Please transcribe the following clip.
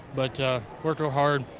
but, worked real hard,